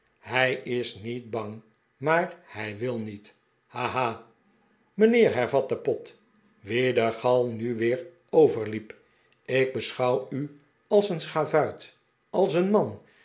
hij is niet bang maar hij wil niet ha ha ha mijnheer hervatte pott wien de gal nu weer overliep ik beschouw u als een schavuit als een man